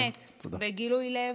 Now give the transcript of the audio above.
באמת, בגילוי לב,